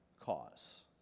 cause